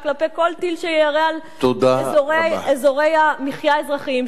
טיל שיירה על אזורי המחיה האזרחיים שלנו,